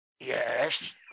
Yes